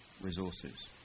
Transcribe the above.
resources